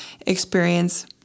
experience